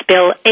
Bill